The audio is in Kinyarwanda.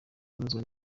kunozwa